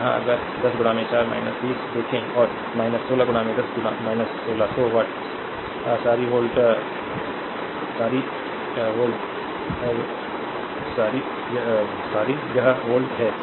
तो यहाँ अगर 10 4 20 देखें तो 16 10 160 watts sorry volt sorry sorry यह वोल्ट है